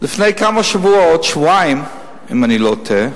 לפני כמה שבועות, שבועיים, אם אני לא טועה,